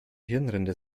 hirnrinde